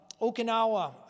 Okinawa